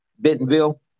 Bentonville